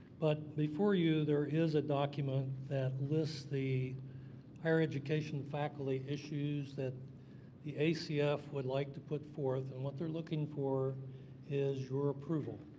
but before you there is a document that lists the higher education faculty issues that the acf would like to put forth and what they're looking for is approval.